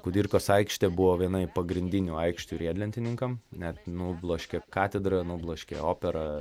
kudirkos aikštė buvo viena i pagrindinių aikščių riedlentininkam net nubloškė katedrą nubloškė operą